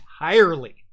entirely